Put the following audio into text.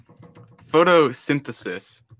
Photosynthesis